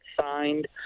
signed